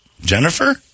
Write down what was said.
Jennifer